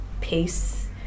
pace